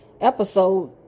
episode